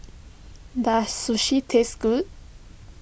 does Sushi taste good